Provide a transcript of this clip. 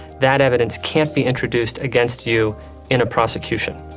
that evidence can't be introduced against you in a prosecution.